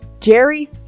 Jerry